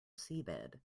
seabed